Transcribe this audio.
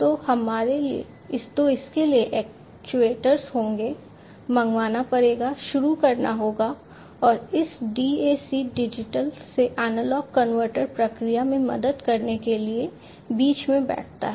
तो इसके लिए एक्ट्यूएटर्स होंगे मंगवाना पड़ेगा शुरू करना होगा और इस DAC डिजिटल से एनालॉग कन्वर्टर प्रक्रिया में मदद करने के लिए बीच में बैठता है